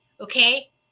okay